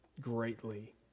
greatly